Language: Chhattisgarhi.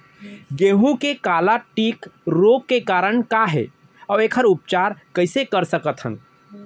गेहूँ के काला टिक रोग के कारण का हे अऊ एखर उपचार कइसे कर सकत हन?